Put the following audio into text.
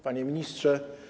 Panie Ministrze!